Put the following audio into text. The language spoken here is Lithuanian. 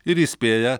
ir įspėja